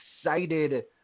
excited